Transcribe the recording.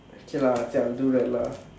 K lah okay I'll do that lah